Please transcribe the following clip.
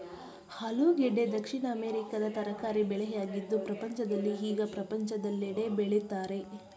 ಆಲೂಗೆಡ್ಡೆ ದಕ್ಷಿಣ ಅಮೆರಿಕದ ತರಕಾರಿ ಬೆಳೆಯಾಗಿದ್ದು ಪ್ರಪಂಚದಲ್ಲಿ ಈಗ ಪ್ರಪಂಚದೆಲ್ಲೆಡೆ ಬೆಳಿತರೆ